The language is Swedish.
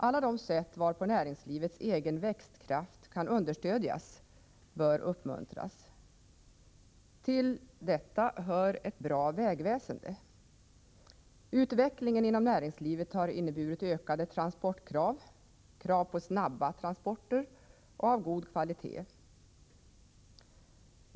Alla de sätt varpå näringslivets egen växtkraft kan understödjas bör därför uppmuntras. Till detta hör ett bra vägväsende. Utvecklingen inom näringslivet har inneburit ökade transportkrav, krav på snabba transporter och transporter av god kvalitet.